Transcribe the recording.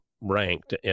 ranked